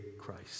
Christ